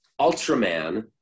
Ultraman